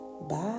Bye